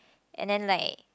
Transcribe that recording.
and then like